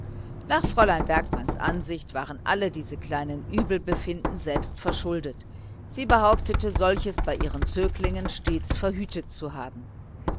nach fräulein bergmanns ansicht waren all diese kleinen übelbefinden selbst verschuldet sie behauptete solches bei ihren zöglingen durch sorgfältige aufsicht immer verhütet zu haben